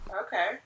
okay